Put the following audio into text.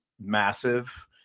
massive